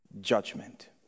judgment